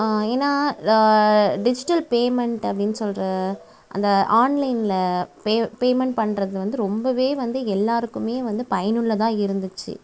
ஏனால் digital payment அப்படின்னு சொல்கிற அந்த ஆன்லைனில் பே பேமெண்ட் பண்றது வந்து ரொம்பவே வந்து எல்லோருக்குமே வந்து பயனுள்ளதாக இருந்துச்சு